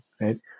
right